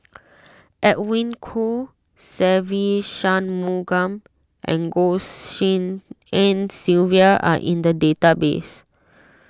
Edwin Koo Se Ve Shanmugam and Goh Tshin En Sylvia are in the database